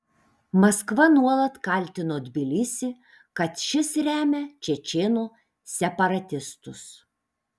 maskva nuolat kaltino tbilisį kad šis remia čečėnų separatistus